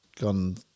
gone